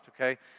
Okay